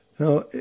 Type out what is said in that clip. Now